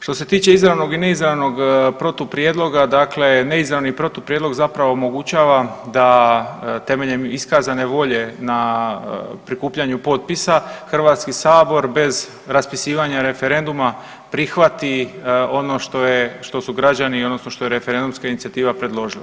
Što se tiče izravnog i neizravnog protuprijedloga dakle, neizravni protuprijedlog zapravo omogućava da temeljem iskazane volje na prikupljanju potpisa HS bez raspisivanja referenduma prihvati ono što su građani odnosno što je referendumska inicijativa predložila.